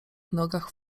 nogach